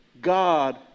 God